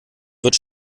wird